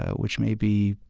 ah which may be,